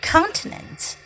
Continents